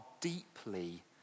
deeply